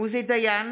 עוזי דיין,